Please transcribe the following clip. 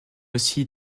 aussi